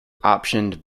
optioned